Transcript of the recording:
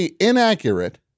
inaccurate